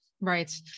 Right